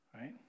right